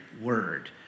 word